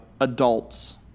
adults